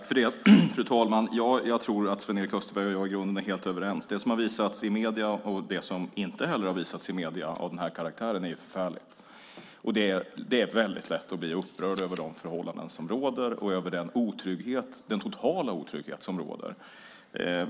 Fru talman! Ja, jag tror att Sven-Erik Österberg och jag i grunden är helt överens. Det som har visats i medierna, och det som inte har visats i medierna, av denna karaktär är förfärligt. Det är väldigt lätt att bli upprörd över de förhållanden som råder och över den totala otrygghet som råder.